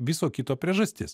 viso kito priežastis